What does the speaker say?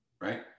right